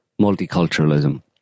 multiculturalism